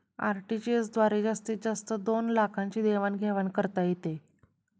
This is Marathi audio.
आर.टी.जी.एस द्वारे जास्तीत जास्त दोन लाखांची देवाण घेवाण करता येते